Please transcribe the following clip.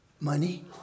money